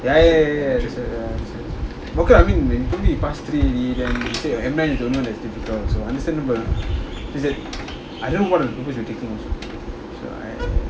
ah ya ya ya he told me he passed three already then he said I don't want so understandable he said I don't know what are the papers you taking so I